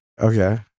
Okay